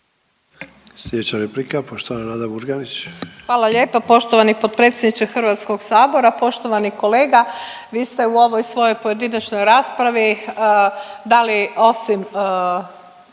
Sljedeća replika poštovana Nada Murganić. **Murganić, Nada (HDZ)** Hvala lijepa poštovani potpredsjedniče Hrvatskog sabora, poštovani kolega. Vi ste u ovoj svojoj pojedinačnoj raspravi dali osim